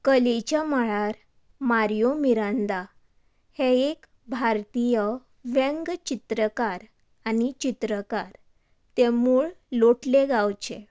कलेच्या मळार मारियो मिरांदा हे एक भारतीय व्यंग चित्रकार आनी चित्रकार ते मूळ लोटले गांवचे